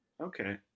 Okay